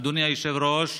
אדוני היושב-ראש,